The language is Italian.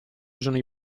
usano